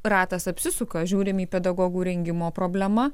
ratas apsisuka žiūrim į pedagogų rengimo problemą